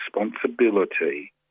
responsibility